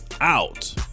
out